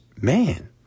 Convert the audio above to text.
man